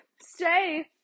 stay